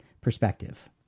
perspective